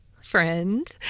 friend